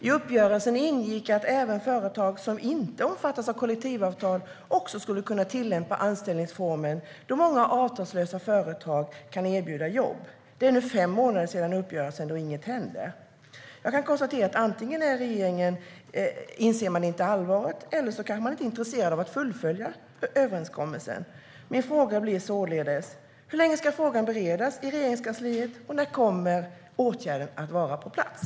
I uppgörelsen ingick att även företag som inte omfattas av kollektivavtal skulle kunna tillämpa anställningsformen, då många avtalslösa företag kan erbjuda jobb. Det har nu gått fem månader sedan uppgörelsen, och inget händer. Jag kan konstatera att regeringen antingen inte inser allvaret eller kanske inte är intresserad av att fullfölja överenskommelsen. Min fråga blir således: Hur länge ska frågan beredas i Regeringskansliet, och när kommer åtgärden att vara på plats?